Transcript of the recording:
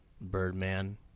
birdman